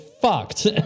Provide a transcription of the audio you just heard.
fucked